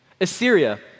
Assyria